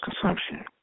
consumption